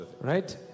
Right